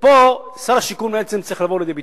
ופה שר השיכון צריך לבוא לידי ביטוי.